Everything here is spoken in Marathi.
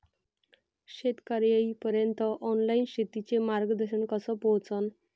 शेतकर्याइपर्यंत ऑनलाईन शेतीचं मार्गदर्शन कस पोहोचन?